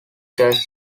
jazz